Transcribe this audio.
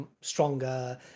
stronger